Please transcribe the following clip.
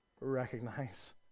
recognize